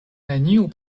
neniu